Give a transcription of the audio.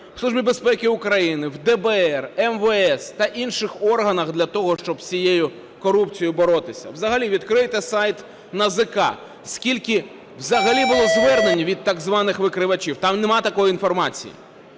в ДБР, МВС та інших органах для того, щоб з цією корупцією боротися. Взагалі, відкрийте сайт НАЗК. Скільки взагалі було звернень від так званих викривачів? Там немає такої інформації.